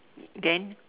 then